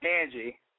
Angie